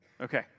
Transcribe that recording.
Okay